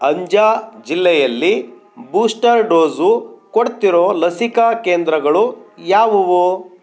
ಅಂಜಾ ಜಿಲ್ಲೆಯಲ್ಲಿ booster dose ಕೊಡ್ತಿರೋ ಲಸಿಕಾ ಕೇಂದ್ರಗಳು ಯಾವುವು